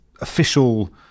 official